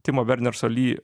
timo vernerso ly